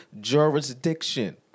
jurisdiction